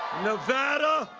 nevada.